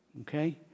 Okay